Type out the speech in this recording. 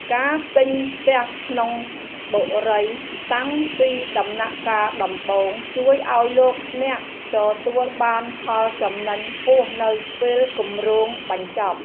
ការទិញផ្ទះក្នុងបុរីតាំងពីដំណាក់កាលដំបូងជួយឱ្យលោកអ្នកទទួលបានផលចំណេញខ្ពស់នៅពេលគម្រោងបញ្ចប់។